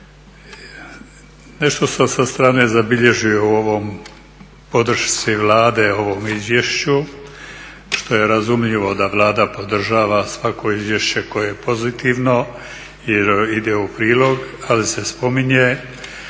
Nešto sam sa strane zabilježio o ovoj podršci Vlade ovom izvješću što je razumljivo da Vlada podržava svako izvješće koje je pozitivno jer joj ide u prilog, ali se spominje